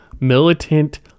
militant